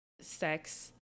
sex